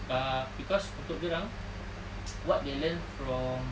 uh cause untuk dia orang what they learn from